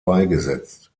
beigesetzt